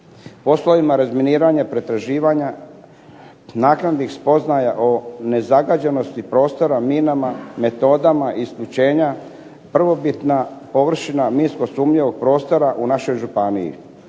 površina p razminiranja i pretraživanja naknadnih spoznaja o nezagađenosti prostora minama metodama isključena prvobitna površina minsko sumnjivog prostora u našoj županiji.